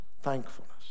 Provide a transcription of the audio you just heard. thankfulness